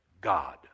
God